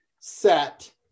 set